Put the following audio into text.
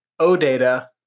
OData